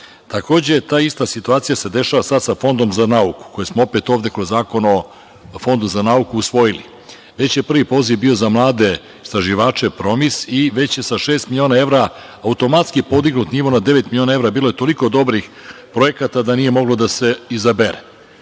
veće. Takođe, ta ista situacija se dešava sa Fondom za nauku, koji smo opet kroz Zakon o Fondu za nauku usvojili. Već je prvi poziv bio za mlade istraživače PROMIS i već je sa šest miliona evra automatski podignut nivo na devet miliona evra. Bilo je toliko dobrih projekata, da nije moglo da se izabere.